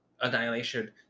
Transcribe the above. annihilation